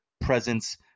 presence